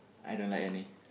I don't like any